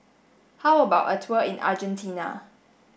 how about a tour in Argentina